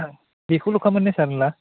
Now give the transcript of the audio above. बेखौल'खा मोन ने सार होनला